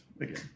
again